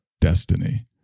destiny